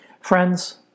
Friends